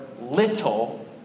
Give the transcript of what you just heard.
little